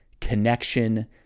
connection